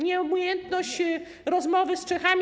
Nieumiejętność rozmowy z Czechami.